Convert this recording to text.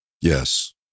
yes